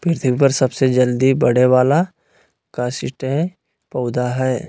पृथ्वी पर सबसे जल्दी बढ़े वाला काष्ठिय पौधा हइ